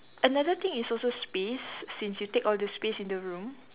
another thing is also space since you take all the space in the room